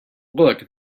look